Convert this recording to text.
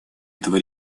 этого